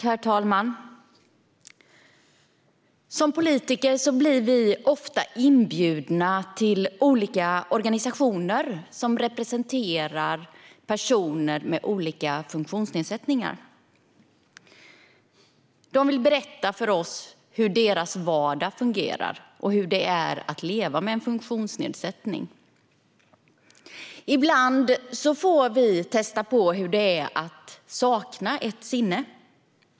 Herr talman! Som politiker blir vi ofta inbjudna till olika organisationer som representerar personer med olika funktionsnedsättningar. De vill berätta för oss hur deras vardag fungerar och hur det är att leva med en funktionsnedsättning. Ibland får vi testa hur det är att sakna ett sinne.